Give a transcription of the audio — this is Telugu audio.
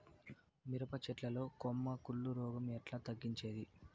మిరప చెట్ల లో కొమ్మ కుళ్ళు రోగం ఎట్లా తగ్గించేది?